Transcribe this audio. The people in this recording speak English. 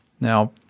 Now